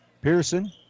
Pearson